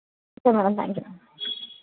okay madam thank you